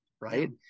right